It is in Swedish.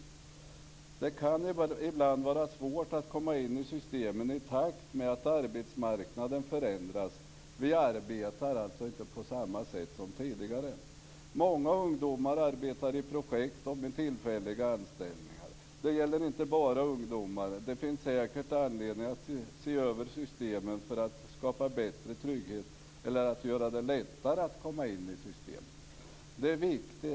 Det kan ibland vara svårt att komma in i systemen i takt med att arbetsmarknaden förändras. Vi arbetar på ett annat sätt än tidigare. Många ungdomar arbetar i projekt och med tillfälliga anställningar. Det gäller inte bara ungdomar. Det finns säkert anledning att se över systemen för att skapa bättre trygghet eller för att göra det lättare att komma in i systemen.